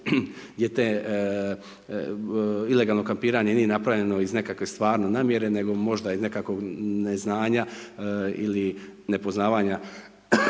gdje te, ilegalno kampiranje nije napravljeno iz neke stvarno namjere, nego možda iz nekakvog neznanja ili nepoznavanja